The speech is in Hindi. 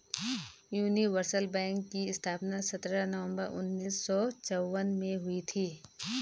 यूनिवर्सल बैंक की स्थापना सत्रह नवंबर उन्नीस सौ चौवन में हुई थी